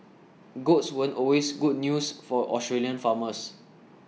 goats weren't always good news for Australian farmers